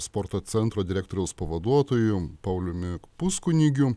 sporto centro direktoriaus pavaduotoju pauliumi puskunigiu